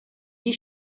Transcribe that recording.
die